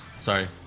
Sorry